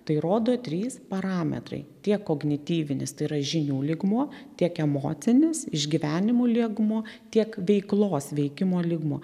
tai rodo trys parametrai tiek kognityvinis tai yra žinių lygmuo tiek emocinis išgyvenimų liegmuo tiek veiklos veikimo lygmuo